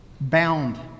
Bound